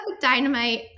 dynamite